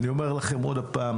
אני אומר לכם שוב פעם,